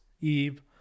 Eve